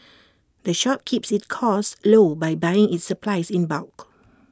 the shop keeps its costs low by buying its supplies in bulk